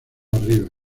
arriba